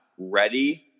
ready